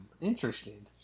Interesting